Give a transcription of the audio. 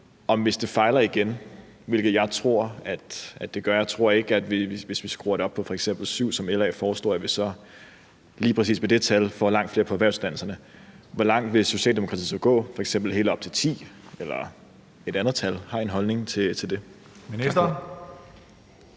hvis det fejler igen – hvilket jeg tror at det gør; jeg tror ikke, at vi, hvis vi skruer det op på f.eks. 7, som LA foreslår, så lige præcis med det tal får langt flere på erhvervsuddannelserne – hvor langt vil Socialdemokratiet så gå, f.eks. helt op til 10 eller et andet tal? Har I en holdning til det?